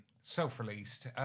self-released